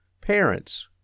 parents